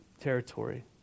territory